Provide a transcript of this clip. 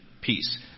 peace